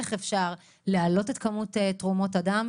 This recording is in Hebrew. איך אפשר להעלות את כמות תרומות הדם.